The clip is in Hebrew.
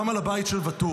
גם על הבית של ואטורי,